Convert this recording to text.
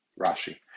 Rashi